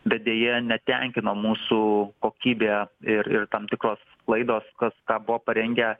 bet deja netenkino mūsų kokybė ir ir tam tikros klaidos kas ką buvo parengę